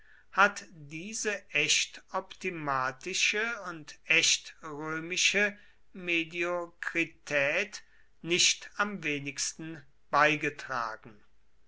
hat diese echt optimatische und echt römische mediokrität nicht am wenigsten beigetragen